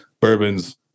bourbons